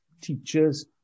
teachers